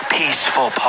peaceful